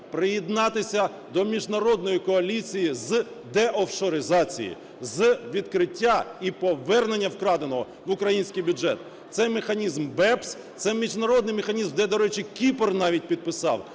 приєднатися до міжнародної коаліції з деофшоризації, з відкриття і повернення вкраденого в український бюджет. Це механізм BEPS, це міжнародний механізм, де, до речі, Кіпр навіть підписав.